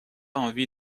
envie